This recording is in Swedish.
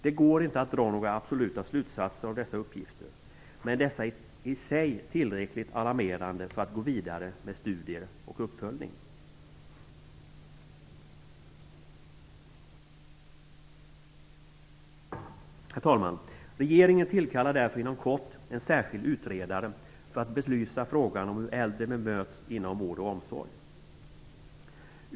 Det går inte att dra absoluta slutsatser av dessa uppgifter, men dessa är i sig tillräckligt alarmerande för att man skall gå vidare med studier och med en uppföljning. Regeringen tillkallar därför inom kort en särskild utredare för att belysa frågan om hur äldre bemöts inom vård och omsorg.